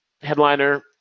headliner